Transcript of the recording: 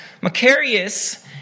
Macarius